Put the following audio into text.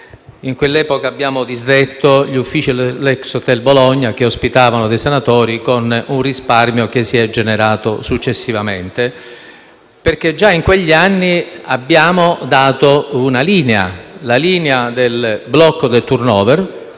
in quell'epoca abbiamo disdetto gli uffici dell'ex Hotel Bologna, che ospitavano dei senatori, con il risparmio che si è generato successivamente. Già in quegli anni infatti abbiamo indicato la linea del blocco del *turnover*,